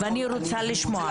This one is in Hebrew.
ואני רוצה לשמוע.